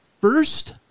first